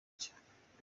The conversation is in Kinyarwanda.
nshya